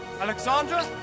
Alexandra